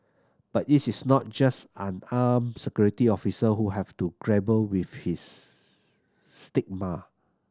but it's is not just unarmed security officer who have to grapple with his stigma